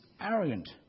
arrogant